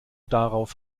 darauf